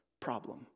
problem